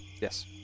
Yes